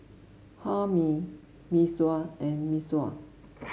Hae Mee Mee Sua and Mee Sua